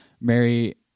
Mary